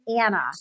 Anna